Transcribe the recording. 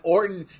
Orton